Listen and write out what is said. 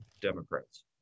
Democrats